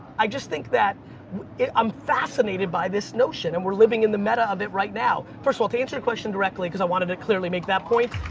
i just think that i'm fascinated by this notion, and we're living in the meta of it right now. first of all, to answer your question directly cause i wanted to clearly make that point,